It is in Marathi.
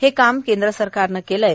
हे काम केंद्रसरकारन केलं आहे